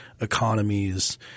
economies